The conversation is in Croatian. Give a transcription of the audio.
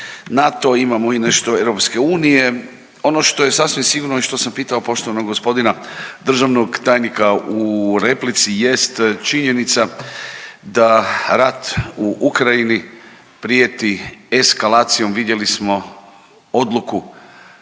NATO, imamo i nešto EU. Ono što je sasvim sigurno i što sam pitao poštovanog g. državnog tajnika u replici jest činjenica da rat u Ukrajini prijeti eskalacijom, vidjeli smo odluku